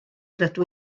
rydw